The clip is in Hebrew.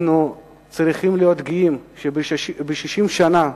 אנחנו צריכים להיות גאים שב-60 שנה,